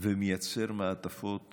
ומייצר מעטפות